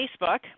Facebook